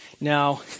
Now